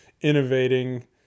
innovating